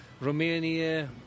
Romania